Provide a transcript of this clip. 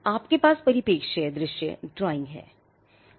आपके पास परिप्रेक्ष्य दृश्य ड्राइंग है